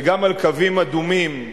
וגם על קווים אדומים,